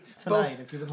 tonight